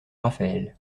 raphaël